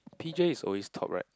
P_J is always top right